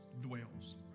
dwells